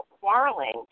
quarreling